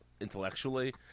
intellectually